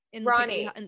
Ronnie